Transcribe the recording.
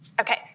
Okay